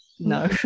No